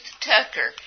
Tucker